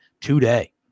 today